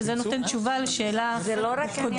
שזה נותן תשובה לשאלה הקודמת.